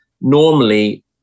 Normally